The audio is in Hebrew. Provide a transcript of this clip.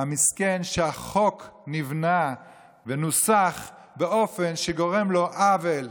מסכן שהחוק נבנה ונוסח באופן שגורם לו עוול?